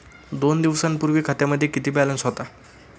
दोन दिवसांपूर्वी खात्यामध्ये किती बॅलन्स होता?